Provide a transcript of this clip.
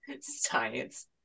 science